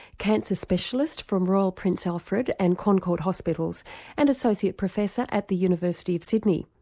cancer specialist from royal prince alfred and concord hospitals and associate professor at the university of sydney.